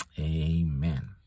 amen